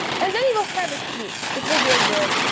and then you will have a q. it will be a word,